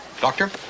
Doctor